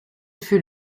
fut